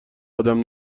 ادم